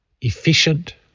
efficient